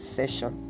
session